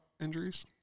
injuries